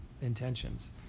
intentions